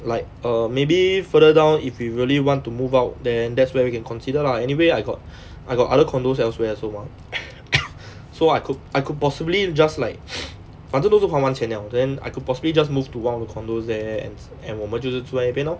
like err maybe further down if we really want to move out then that's where we can consider lah anyway I got I got other condominiums elsewhere also mah so I could I could possibly just like 反正都是还完钱 liao then I could possibly just move to one of the condominiums there and and 我们就是住在那边 lor